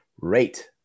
Rate